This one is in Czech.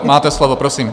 Máte slovo, prosím.